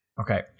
Okay